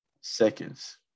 seconds